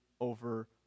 over